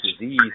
disease